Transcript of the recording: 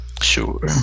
Sure